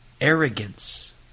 arrogance